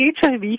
HIV